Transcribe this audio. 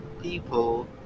people